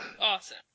Awesome